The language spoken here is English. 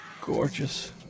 gorgeous